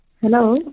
hello